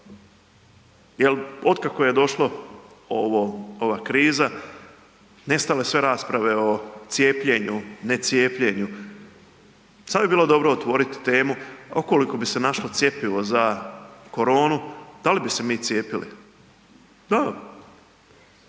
jer otkako je došlo ovo, ova kriza, nestalo je sve rasprave o cijepljenju, ne cijepljenju, sad bi bilo dobro otvorit temu ukoliko bi se našlo cjepivo za koronu da li bi se mi cijepili? Da.